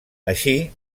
així